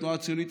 התנועה הציונית,